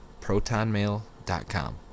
protonmail.com